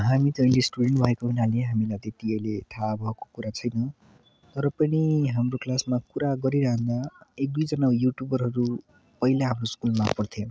हामी त स्टुडेन्ट भएको हुनाले हामीलाई त्यति अहिले थाहा भएको कुरा छैन तर पनि हाम्रो क्लासमा कुरा गरिरहँदा एक दुईजना युट्युबरहरू पहिला हाम्रो स्कुलमा पढ्थ्यो